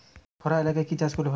খরা এলাকায় কি চাষ করলে ভালো?